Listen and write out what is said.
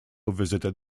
visited